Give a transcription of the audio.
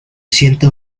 siento